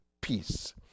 peace